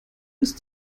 ist